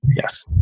Yes